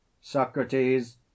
Socrates